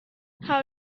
how